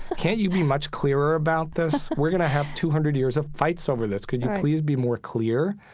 can't you be much clearer about this? we're going to have two hundred years of fights over this, right, could you please be more clear?